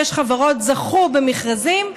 שש חברות זכו במכרזים,